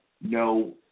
no